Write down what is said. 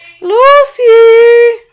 Lucy